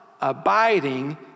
abiding